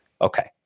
Okay